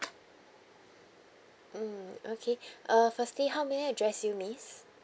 mm okay uh firstly how may I address you miss